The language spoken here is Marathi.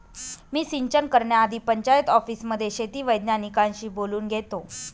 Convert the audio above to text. मी सिंचन करण्याआधी पंचायत ऑफिसमध्ये शेती वैज्ञानिकांशी बोलून घेतो